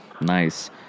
Nice